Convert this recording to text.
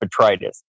botrytis